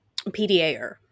PDA'er